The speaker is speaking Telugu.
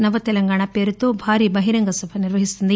నవతెలంగాణ పేరుతో భారీ బహిరంగ సభను నిర్వహిస్తోంది